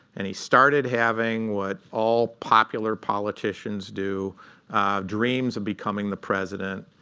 and he started having what all popular politicians do dreams of becoming the president.